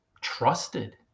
trusted